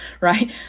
right